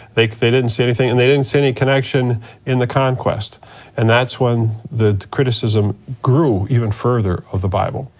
they they didn't see anything and they didn't see any connection in the conquest and that's when the criticism grew even further of the bible.